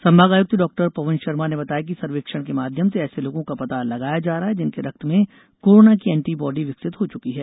संभाग आयुक्त डॉक्टर पवन शर्मा ने बताया कि सर्वेक्षण के माध्यम से ऐसे लोगों का पता लगाया जा रहे है जिनके रक्त में कोरोना की एंटी बाड़ी विकसित हो चुकी है